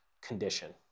condition